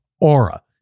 Aura